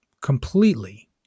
completely